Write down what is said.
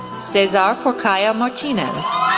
cesar porcayo-martinez,